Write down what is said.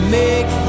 make